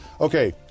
Okay